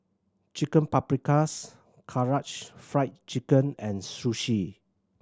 Chicken Paprikas Karaage Fried Chicken and Sushi